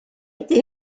dydd